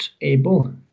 able